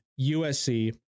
USC